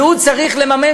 והוא צריך לממן,